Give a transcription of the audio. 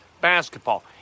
Basketball